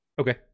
Okay